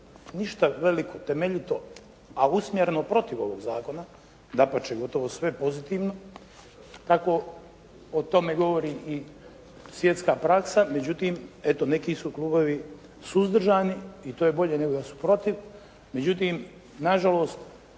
ništa veliko, temeljito, a usmjereno protiv ovoga zakona. Dapače, gotovo sve pozitivno kako o tome govori i svjetska praksa. Međutim, eto neki su klubovi suzdržani i to je bolje nego da su protiv. Međutim, na žalost